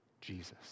Jesus